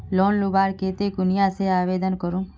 Loan लुबार केते कुनियाँ से आवेदन करूम?